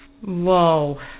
whoa